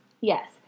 Yes